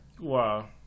Wow